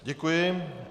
Děkuji.